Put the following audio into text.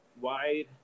wide